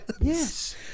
Yes